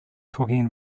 talking